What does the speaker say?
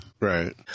Right